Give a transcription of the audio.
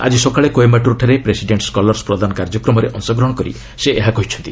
ଆଳି ସକାଳେ କୋଏୟାଟୁର୍ଠାରେ ପ୍ରେସିଡେଣ୍ଟ୍ସ୍ କଲର୍ସ ପ୍ରଦାନ କାର୍ଯ୍ୟକ୍ରମରେ ଅଂଶଗ୍ରହଣ କରି ସେ ଏହା କହିଛନ୍ତି